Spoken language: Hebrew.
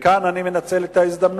אדוני היושב-ראש, כאן אני מנצל את ההזדמנות,